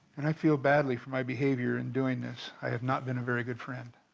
and i feel badly for my behavior in doing this. i have not been a very good friend.